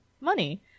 money